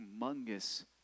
humongous